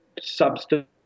substance